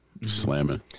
Slamming